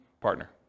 partner